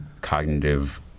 cognitive